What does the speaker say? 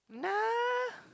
nah